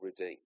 redeem